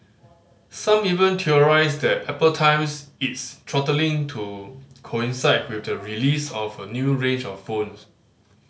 some even theorised that Apple times its throttling to coincide with the release of a new range of phones